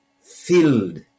filled